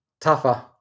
tougher